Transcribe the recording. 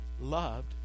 loved